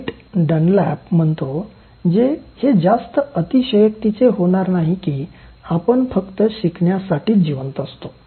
Knight Dunlap म्हणतो "हे जास्त अतिशयोक्तीचे होणार नाही की आपण फक्त शिकण्यासाठीच जिवंत असतो